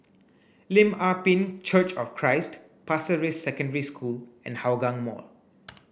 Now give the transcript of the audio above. Lim Ah Pin Church of Christ Pasir Ris Secondary School and Hougang Mall